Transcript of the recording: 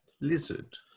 lizard